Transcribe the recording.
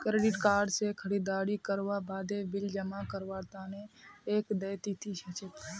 credit card स खरीददारी करवार बादे बिल जमा करवार तना एक देय तिथि ह छेक